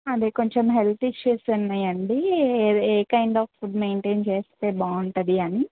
అదే కొంచెం health issues ఉన్నాయండి ఏ ఏ కైండ్ ఆఫ్ ఫుడ్ మెయింటైన్ చేస్తే బాగుంటది అని